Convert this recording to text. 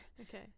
Okay